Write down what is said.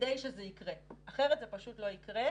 כדי שזה יקרה כי אחרת זה פשוט לא יקרה.